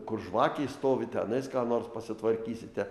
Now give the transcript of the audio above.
kur žvakė stovi tenais ką nors pasitvarkysite